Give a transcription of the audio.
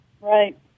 right